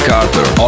Carter